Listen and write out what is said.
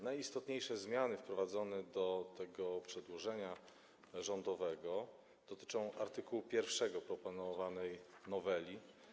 Najistotniejsze zmiany wprowadzone do tego przedłożenia rządowego dotyczą art. 1 proponowanej noweli.